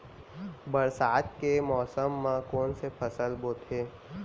बरसात के मौसम मा कोन से फसल बोथे?